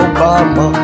Obama